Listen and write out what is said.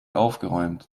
aufgeräumt